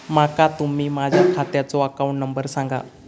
माका तुम्ही माझ्या खात्याचो अकाउंट नंबर सांगा?